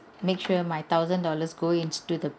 make sure my thousand dollars go into the